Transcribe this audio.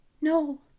no